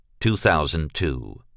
2002